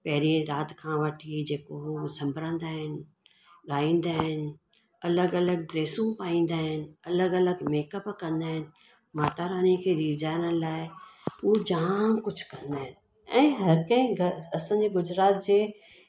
पहिरीं राति खां वठी जेको संभरंदा आहिनि गाईंदा आहिनि अलॻि अलॻि ड्रेसूं पाईंदा आहिनि अलॻि अलॻि मेकअप कंदा आहिनि माताराणीअ खे रिझारण लाइ उहा जाम कुझु कंदा आहिनि ऐं हर कंहिं घर असांजे गुजरात जे